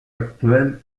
actuel